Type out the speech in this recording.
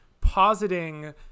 positing